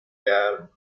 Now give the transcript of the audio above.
گرم